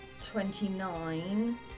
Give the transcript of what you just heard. twenty-nine